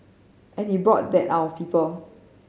and he brought that out of people